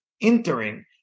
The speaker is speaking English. entering